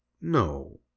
no